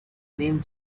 named